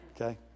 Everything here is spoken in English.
Okay